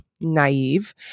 naive